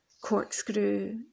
corkscrew